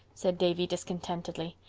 said davy discontentedly.